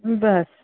ਬਸ